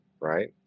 right